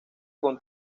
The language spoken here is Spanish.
con